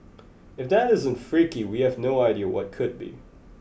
if that isn't freaky we have no idea what could be